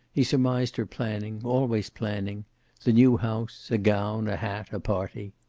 he surmised her planning, always planning the new house, a gown, a hat, a party.